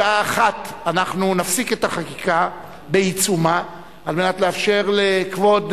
בשעה 13:00 נפסיק את החקיקה בעיצומה על מנת לאפשר לכבוד